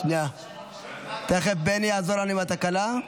שנייה, שנייה, יש פה תקלה.